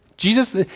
Jesus